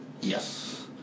Yes